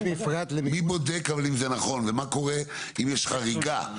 אבל מי בודק אם זה נכון ומה קורה אם יש חריגה,